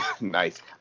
Nice